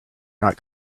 not